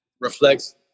reflects